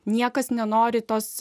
niekas nenori tos